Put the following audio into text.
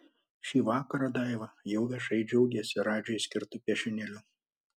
šį vakarą daiva jau viešai džiaugiasi radžiui skirtu piešinėliu